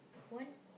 one